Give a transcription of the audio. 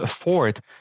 afford